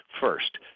First